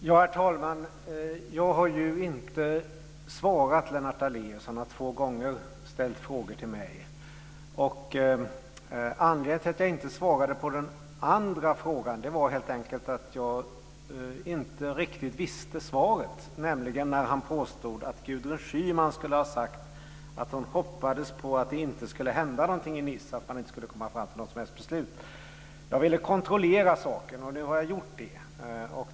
Herr talman! Jag har inte svarat Lennart Daléus. Han har två gånger ställt frågor till mig. Anledningen till att jag inte svarade på den andra frågan var helt enkelt att jag inte riktigt visste svaret. Han påstod nämligen att Gudrun Schyman skulle ha sagt att hon hoppades på att det inte skulle hända någonting i Nice och att man inte skulle komma fram till något som helst beslut. Jag ville kontrollera saken, och nu har jag gjort det.